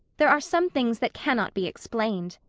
there are some things that cannot be explained.